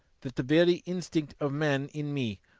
that the very instinct of man in me,